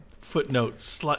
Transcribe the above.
Footnote